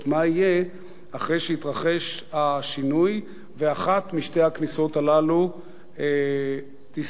מה יהיה אחרי שיתרחש השינוי ואחת משתי הכניסות הללו תיסגר?